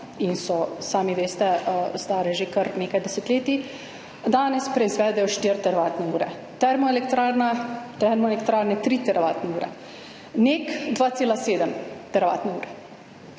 in so, sami veste, stare že kar nekaj desetletij, danes proizvedejo 4 teravatne ure, termoelektrarne 3 teravatne ure, NEK 2,7 teravatne ure.